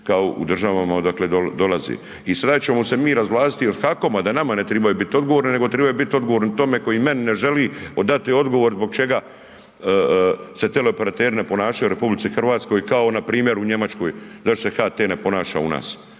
kao u državama odakle dolaze. I sada ćemo se mi razvlastiti od HAKOM-a da nama ne tribaju biti odgovorni tome koji meni ne želi dati odgovor zbog čega se teleoperateri ne ponašaju u RH kao npr. u Njemačkoj zašto se HT na ponaša u nas.